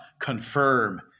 confirm